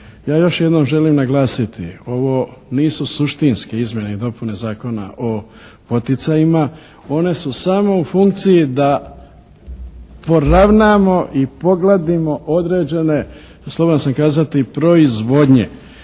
Ja još jednom želim naglasiti, ovo nisu suštinske izmjene i dopune Zakona o poticajima. One su samo u funkciji da poravnamo i pogladimo određene slobodan sam kazati proizvodnje.